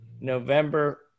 November